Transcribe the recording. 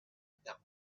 without